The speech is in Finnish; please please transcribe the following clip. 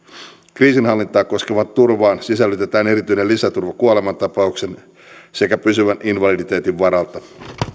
kriisinhallintaa koskevaan turvaan sisällytetään erityinen lisäturva kuolemantapauksen sekä pysyvän invaliditeetin varalta